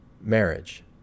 marriage